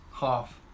half